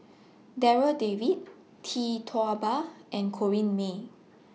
Darryl David Tee Tua Ba and Corrinne May